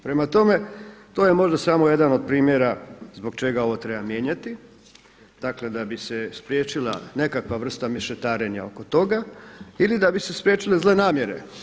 Prema tome, to je možda samo jedan od primjera zbog čega ovo treba mijenjati, dakle da bi se spriječila nekakva vrsta mešetarenja oko toga ili da bi se spriječile zle namjere.